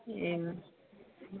ꯌꯦꯡꯉꯁꯤ